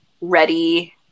ready